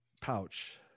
pouch